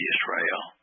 Israel